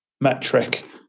metric